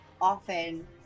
often